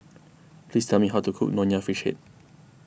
please tell me how to cook Nonya Fish Head